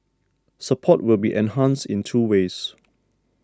support will be enhanced in two ways